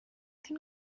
can